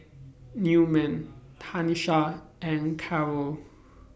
Newman Tanisha and Karyl